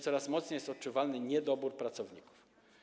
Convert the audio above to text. Coraz mocniej jest odczuwalny niedobór pracowników.